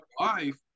life